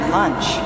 lunch